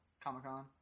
Comic-Con